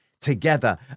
together